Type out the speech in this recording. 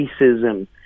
racism